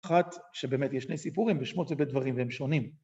אחת שבאמת יש שני סיפורים, בשמות זה בדברים והם שונים.